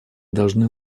должны